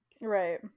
Right